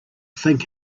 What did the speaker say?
thing